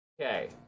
okay